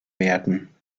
werden